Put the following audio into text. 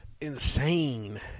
insane